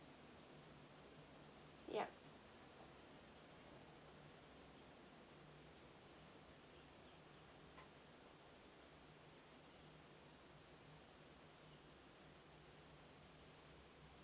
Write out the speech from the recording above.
yup